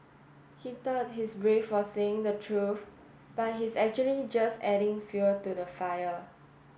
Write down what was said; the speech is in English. he thought he's brave for saying the truth but he's actually just adding fuel to the fire